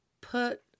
put